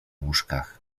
łóżkach